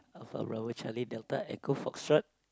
alpha bravo charlie delta echo foxtrot